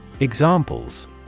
Examples